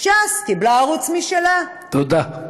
ש"ס קיבלה ערוץ משלה, תודה.